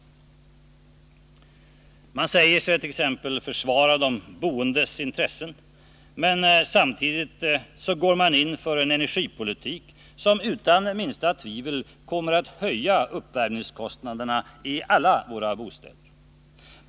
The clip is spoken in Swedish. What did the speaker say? Man säger sig t.ex. försvara de boendes intressen, men samtidigt går man in för en energipolitik som utan minsta tvivel kommer att höja uppvärmningskostnaderna i alla våra bostäder.